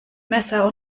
messer